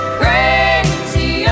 crazy